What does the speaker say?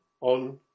on